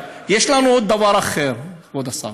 יש לנו עוד דבר, אחר, כבוד השר,